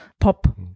pop